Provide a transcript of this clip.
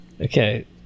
Okay